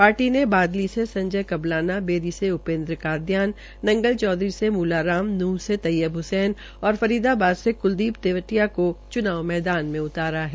party ने बादली से संजय कबलाना बेरी से उपेन्द्र कादयान नंगल चौधरी से मूला राम नूंह से तैयब हसैन और फरीदाबाद से क्लदीप तेवतिया को च्नाव में उतारा है